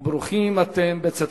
וברוכים אתם בצאתכם.